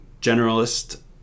generalist